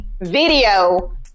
video